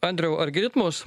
andriau ar girdit mus